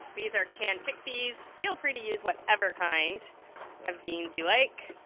these are canned chickpeas feel free to use whatever kind of beans you like